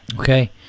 Okay